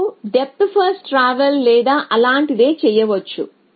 మీరు depth first travel లేదా అలాంటిదే చేయవచ్చు